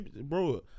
Bro